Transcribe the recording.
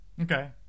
Okay